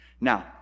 Now